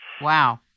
Wow